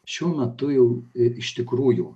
šiuo metu jau i iš tikrųjų